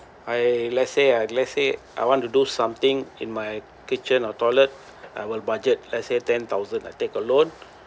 I let's say I let's say I want to do something in my kitchen or toilet our budget let's say ten thousand I take a loan